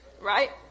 right